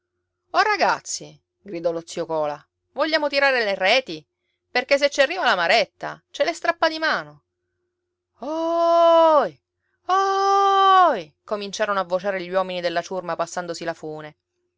ragazzi gridò lo zio cola vogliamo tirare le reti perché se ci arriva la maretta ce le strappa di mano ohi oohi cominciarono a vociare gli uomini della ciurma passandosi la fune